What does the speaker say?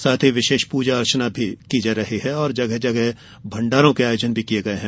साथ ही विशेष पूजा अर्चना भी की जा रही है और जगह जगह भण्डारों के आयोजन किये गये हैं